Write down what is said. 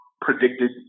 predicted